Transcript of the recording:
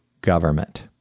government